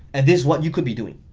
and this is what you could be doing.